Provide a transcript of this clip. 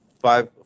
five